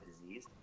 disease